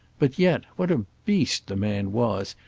but, yet, what a beast the man was,